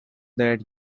that